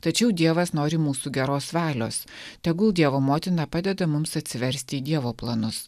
tačiau dievas nori mūsų geros valios tegul dievo motina padeda mums atsiversti į dievo planus